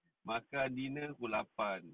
makan dinner pukul lapan